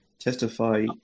testify